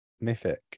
mythic